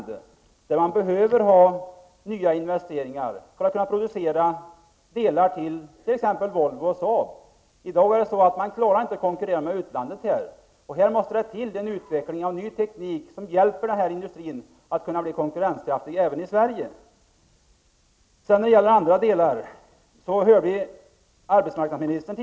Där behövs det nya investeringar för att man skall kunna producera nya delar till t.ex. Volvo och Saab. I dag klarar man inte konkurrensen med utlandet. Här måste det till en utveckling av ny teknik som kan vara till hjälp för bilindustrin att bli konkurrenskraftig, även i Tidigare i dag kunde vi lyssna till arbetsmarknadsministern.